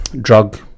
drug